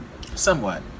somewhat